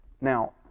now